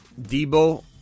Debo